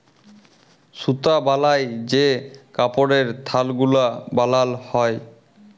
সুতা বালায় যে কাপড়ের থাল গুলা বালাল হ্যয়